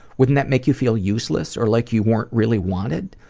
wouldn't that make you feel useless, or like you weren't really wanted?